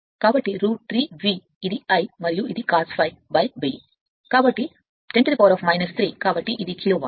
కాబట్టి 3 V ఇది I మరియు ఇది cos 𝝫 1000 కాబట్టి 10 శక్తికి 3 కాబట్టి ఇది కిలో వాట్